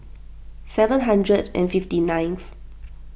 seven hundred and fifty nineth